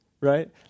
Right